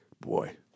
Boy